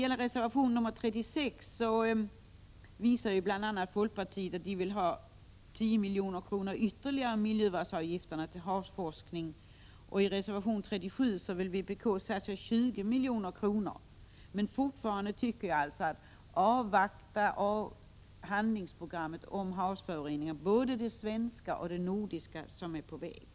I reservation 36 framkommer bl.a. att folkpartiet vill ha 10 milj.kr. ytterligare av miljövårdsavgifterna till havsforskning, och i reservation 37 framkommer att vpk vill satsa 20 milj.kr. på detta. Fortfarande anser jag alltså att man skall avvakta handlingsprogrammet om havsföroreningar, både det svenska handlingsprogrammet och det nordiska, som är på väg.